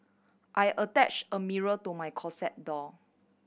I attach a mirror to my closet door